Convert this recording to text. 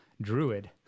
Druid